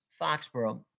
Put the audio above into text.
Foxborough